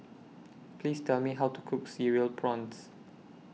Please Tell Me How to Cook Cereal Prawns